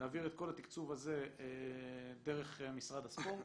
להעביר את כל התקצוב הזה דרך משרד הספורט.